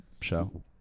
show